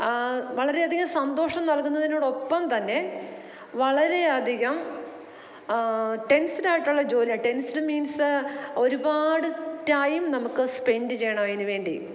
വളരെയധികം സന്തോഷം നല്കുന്നതിനോടൊപ്പം തന്നെ വളരെയധികം ടെൻസ്ഡായിട്ടുള്ള ജോലിയാണ് ടെൻസ്ഡായിഡ് മീൻസ് ഒരുപാട് ടൈം നമുക്ക് സ്പെൻഡ് ചെയ്യണമതിന് വേണ്ടി